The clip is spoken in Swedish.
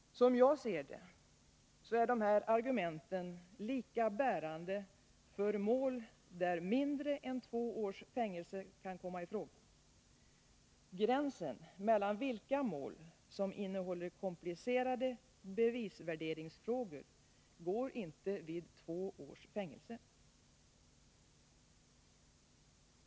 Som jag ser det är dessa argument lika bärande för mål där mindre än två års fängelse kan komma i fråga. Gränsen mellan vilka mål som innehåller komplicerade bevisvärderingsfrågor går inte vid två års fängelse.